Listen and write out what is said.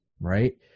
right